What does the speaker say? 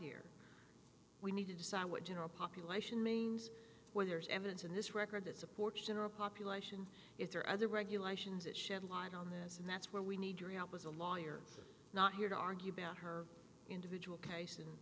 here we need to decide what general population means where there's evidence in this record that supports general population if there are other regulations that shed light on this and that's where we need your help as a lawyer not here to argue about her individual case and